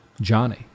Johnny